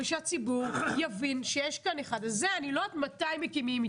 ושהציבור יבין שיש כאן -- -אז את זה אני לא יודעת מתי מקימים.